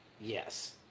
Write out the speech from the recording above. yes